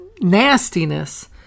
nastiness